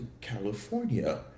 California